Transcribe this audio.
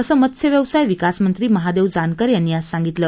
असं मत्स्यव्यवसाय विकास मंत्री महादेव जानकर यांनी आज सांगितलं